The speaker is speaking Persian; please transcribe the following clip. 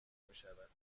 میشود